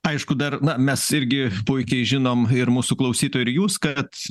aišku dar na mes irgi puikiai žinom ir mūsų klausytojai ir jūs kad